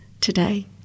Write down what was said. today